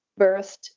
birthed